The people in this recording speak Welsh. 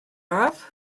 braf